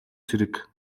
цэрэг